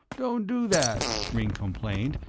don't do that, ringg complained,